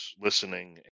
listening